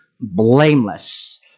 blameless